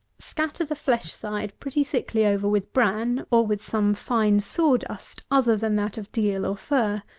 scatter the flesh-side pretty thickly over with bran, or with some fine saw-dust other than that of deal or fir.